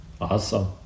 Awesome